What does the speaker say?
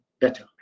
better